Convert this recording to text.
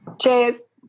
cheers